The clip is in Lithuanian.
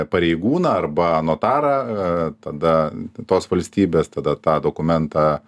pareigūną arba notarą e tada tos valstybės tada tą dokumentą